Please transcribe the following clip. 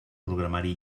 programari